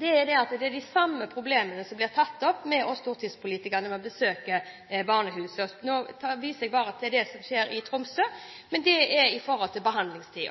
er at det er de samme problemene som blir tatt opp hver gang vi stortingspolitikere besøker barnehusene. Nå viser jeg bare til det som skjer i Tromsø, men det er i forhold til